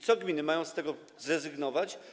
Czy gminy mają z tego zrezygnować?